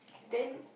then